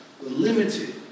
limited